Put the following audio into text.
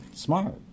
Smart